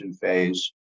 phase